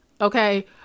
okay